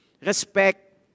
respect